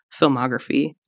filmography